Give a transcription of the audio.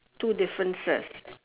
two differences